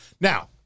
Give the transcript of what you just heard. Now